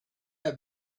have